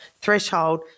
threshold